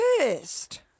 pissed